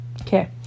okay